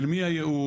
של מי הייאוש?